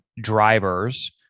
drivers